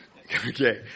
okay